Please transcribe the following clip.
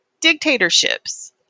Dictatorships